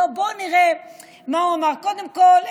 בואו נראה מה הוא אמר: קודם כול,